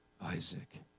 Isaac